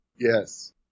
Yes